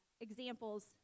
examples